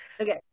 Okay